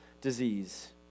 disease